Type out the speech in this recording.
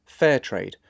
Fairtrade